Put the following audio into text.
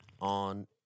on